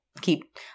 keep